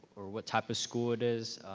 or what type of school it is.